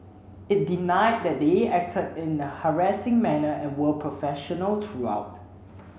it denied that they acted in a harassing manner and were professional throughout